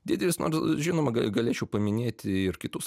didelis nors žinoma ga galėčiau paminėti ir kitus